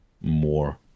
more